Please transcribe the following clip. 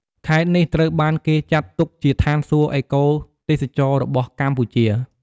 ខេត្តនេះត្រូវបានគេចាត់ទុកជាឋានសួគ៌អេកូទេសចរណ៍របស់កម្ពុជា។